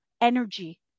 energy